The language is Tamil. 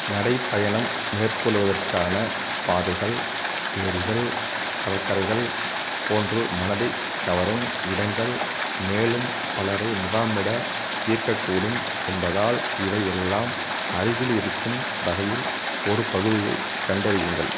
நடைப்பயணம் மேற்கொள்வதற்கான பாதைகள் ஏரிகள் கடற்கரைகள் போன்று மனதைக் கவரும் இடங்கள் மேலும் பலரை முகாமிட ஈர்க்கக்கூடும் என்பதால் இவை எல்லாம் அருகில் இருக்கும் வகையில் ஒரு பகுதியைக் கண்டறியுங்கள்